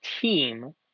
team